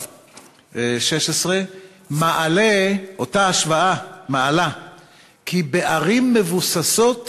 2016. אותה השוואה מעלה כי בערים מבוססות